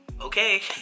okay